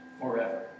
forever